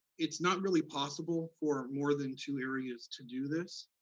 it's not really possible for more than two areas to do this,